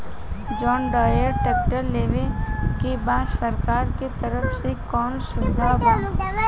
John Deere tractor लेवे के बा सरकार के तरफ से कौनो सुविधा बा?